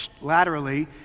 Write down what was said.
laterally